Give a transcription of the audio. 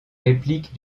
réplique